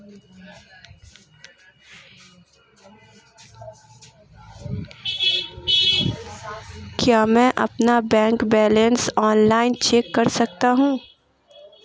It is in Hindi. क्या मैं अपना बैंक बैलेंस ऑनलाइन चेक कर सकता हूँ?